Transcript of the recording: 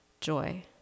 joy